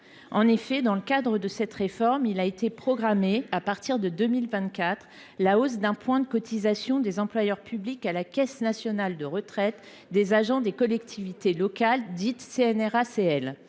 En effet, dans ce cadre, a été programmée, à partir de 2024, une hausse d’un point de la cotisation des employeurs publics à la Caisse nationale de retraites des agents des collectivités locales (CNRACL).